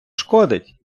шкодить